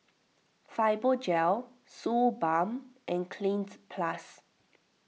Fibogel Suu Balm and Cleanz Plus